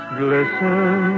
glisten